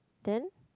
then